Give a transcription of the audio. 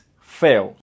fail